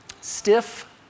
Stiff